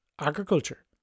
agriculture